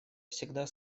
всегда